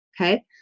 okay